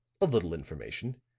a little information.